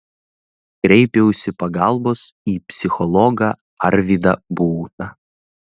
kreipiausi pagalbos į psichologą arvydą būtą